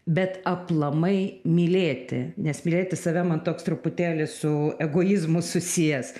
bet aplamai mylėti nes mylėti save man toks truputėlį su egoizmu susijęs